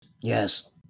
Yes